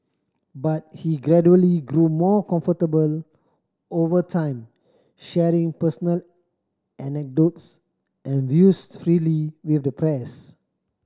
but he gradually grew more comfortable over time sharing personal anecdotes and views freely with the press